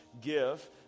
give